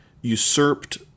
usurped